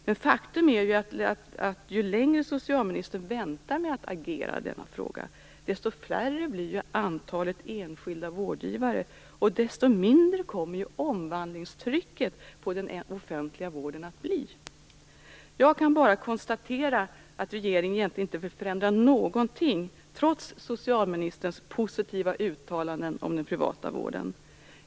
Men faktum är ju att ju längre socialministern väntar med att agera i denna fråga desto färre blir antalet enskilda vårdgivare och desto mindre kommer omvandlingstrycket på den offentliga vården att bli. Jag kan bara konstatera att regeringen egentligen inte vill förändra någonting, trots socialministerns positiva uttalanden om den privata vården.